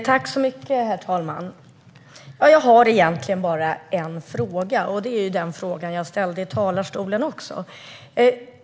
Herr talman! Jag har egentligen bara en fråga, och det är den fråga jag ställde även i talarstolen.